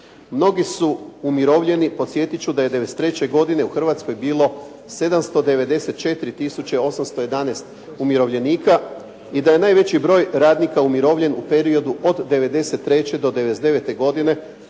Mnogi su umirovljeni. Podsjetit ću da je 93. godine u Hrvatskoj bilo 794 tisuće 811 umirovljenika i da je najveći broj radnika umirovljen u periodu od 93. do 99. godine